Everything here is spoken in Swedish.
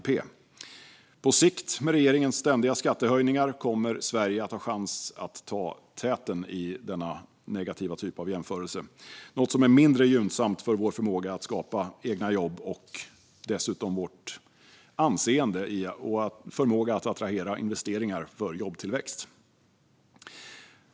På sikt kommer Sverige med regeringens ständiga skattehöjningar att ha chans att ta täten i denna negativa typ av jämförelse, något som vore mindre gynnsamt för vår förmåga att skapa egna jobb och dessutom för vårt internationella anseende och vår förmåga att attrahera investeringar för jobbtillväxt.